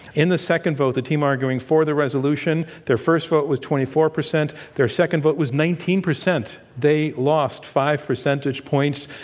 in the second vote, the team arguing for the resolution their first vote was twenty four percent their second vote was nineteen percent. they lost five percentage points.